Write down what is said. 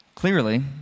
Clearly